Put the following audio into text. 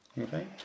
Okay